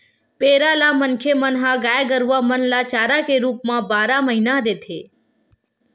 पेरा ल मनखे मन ह गाय गरुवा मन ल चारा के रुप म बारह महिना देथे